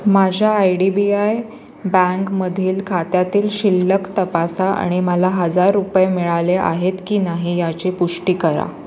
माझ्या I D B I बँकमधील खात्यातील शिल्लक तपासा आणि मला हजार रुपये मिळाले आहेत की नाही याची पुष्टी करा